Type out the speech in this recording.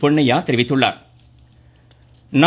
பொன்னையா தெரிவித்துள்ளாா்